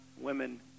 women